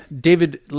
David